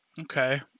Okay